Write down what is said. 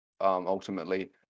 ultimately